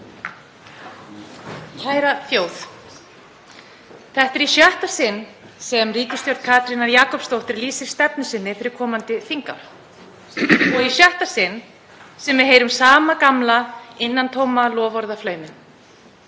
Kæra þjóð. Þetta er í sjötta sinn sem ríkisstjórn Katrínar Jakobsdóttur lýsi stefnu sinni fyrir komandi þingár og í sjötta sinn sem við heyrum sama gamla innantóma loforðaflauminn.